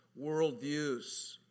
worldviews